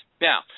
Now